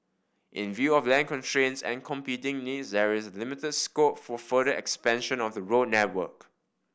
in view of land constraints and competing needs there is limited scope for further expansion of the road network